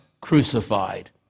crucified